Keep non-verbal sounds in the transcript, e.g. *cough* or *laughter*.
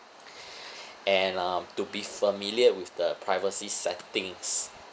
*breath* and uh to be familiar with the privacy settings